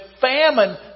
famine